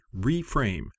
reframe